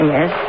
Yes